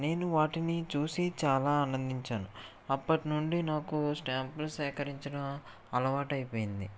నేను వాటిని చూసి చాలా ఆనందించాను అప్పటినుండి నాకు స్టాంపులు సేకరించడం అలవాటైపోయింది